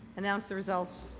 announce the result.